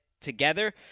together